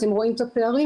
אתם רואים את הפערים,